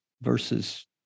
versus